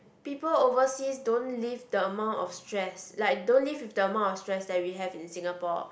people overseas don't live the amount of stress like don't live with the amount of stress that we have in Singapore